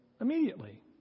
immediately